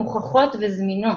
מוכחות וזמינות.